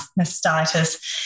mastitis